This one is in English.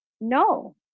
no